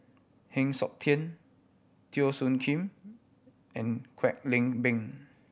Heng Siok Tian Teo Soon Kim and Kwek Leng Beng